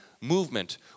movement